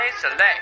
Select